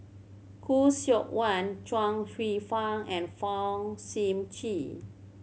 Khoo Seok Wan Chuang Hsueh Fang and Fong Sip Chee